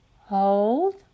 hold